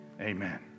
amen